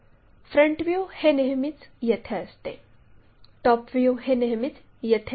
front view हे नेहमीच येथे असते टॉप व्ह्यू हे नेहमीच येथे असते